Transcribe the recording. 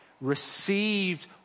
received